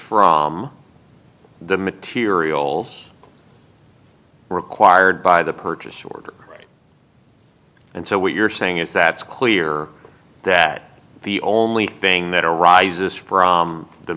from the materials required by the purchase order and so what you're saying is that it's clear that the only thing that arises from the